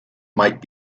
might